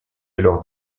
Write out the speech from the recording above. alors